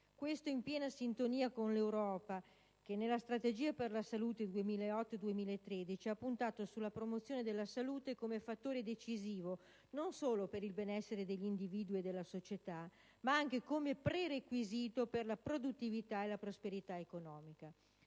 Ciò, in piena sintonia con l'Europa che, nella strategia per la salute 2008-2013, ha puntato sulla promozione della salute come fattore decisivo non solo per il benessere degli individui e della società ma anche come prerequisito per la produttività e la prosperità economica.